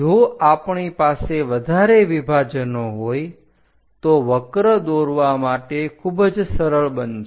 જો આપણી પાસે વધારે વિભાજનો હોય તો વક્ર દોરવા માટે ખૂબ જ સરળ બનશે